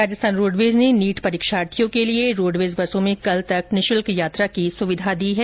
Rajasthan roadways ने NEET परीक्षार्थियों के लिये रोडवेज बसों में कल तक निशुल्क यात्रा की सुविधा दी है